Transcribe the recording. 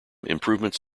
improvements